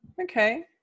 Okay